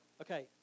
Okay